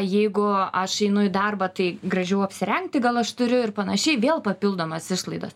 jeigu aš einu į darbą tai gražiau apsirengti gal aš turiu ir panašiai vėl papildomos išlaidos